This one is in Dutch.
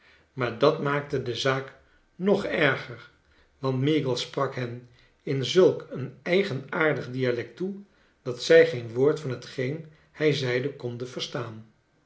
maar dat maakte de zaak nog erger want meagles sprak hen in zulk een eigenaardig dialect aan dat zij geen woord van hetgeen hrj zeide konden verstaan